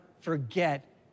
forget